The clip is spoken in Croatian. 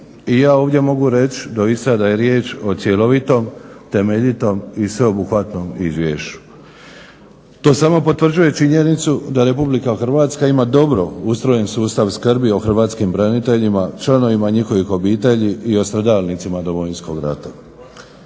I ja ovdje mogu reći, doista da je riječ o cjelovito, temeljitom i sveobuhvatnom izvješću. To samo potvrđuje činjenicu da Republika Hrvatska ima dobro ustrojen sustav skrbi o hrvatskim braniteljima, članovima njihovih obitelji i o stradalnicima Domovinskog rata.